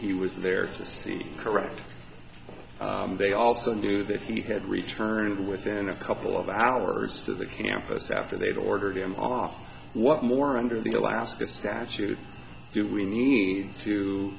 he was there to see correct they also knew that he had returned within a couple of hours to the campus after they'd ordered him off what more under the alaska statute do we need to